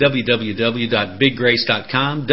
www.biggrace.com